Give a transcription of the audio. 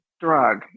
drug